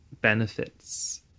benefits